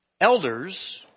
Elders